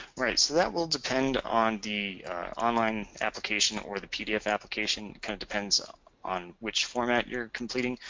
right. so, that will depend on the online application or the pdf application, kinda depends ah on which format you're completing.